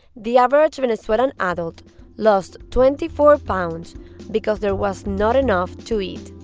the average venezuelan adult lost twenty four pounds because there was not enough to eat.